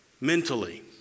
mentally